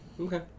Okay